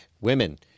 women